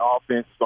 offense